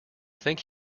think